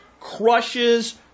crushes